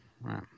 right